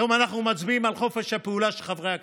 היום אנחנו מצביעים על חופש הפעולה של חברי הכנסת,